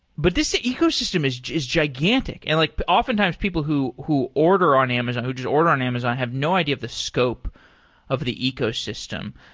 but this ecosystem is just gigantic. and like oftentimes, people who who order on amazon, who just order on amazon, have no idea of the scope of the ecosystem.